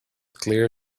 clear